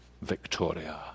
Victoria